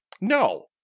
no